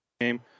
game